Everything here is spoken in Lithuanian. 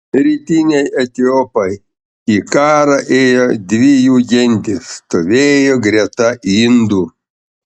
rytiniai etiopai į karą ėjo dvi jų gentys stovėjo greta indų